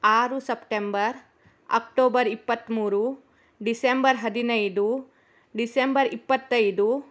ಆರು September October ಇಪ್ಪತ್ಮೂರು December ಹದಿನೈದು ಡಿಸೆಂಬರ್ ಇಪ್ಪತ್ತೈದು